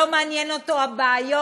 לא מעניינות אותו הבעיות?